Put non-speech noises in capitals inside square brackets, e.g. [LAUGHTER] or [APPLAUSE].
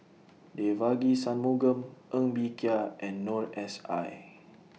[NOISE] Devagi Sanmugam Ng Bee Kia and Noor S I [NOISE]